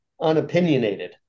unopinionated